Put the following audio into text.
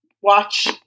watch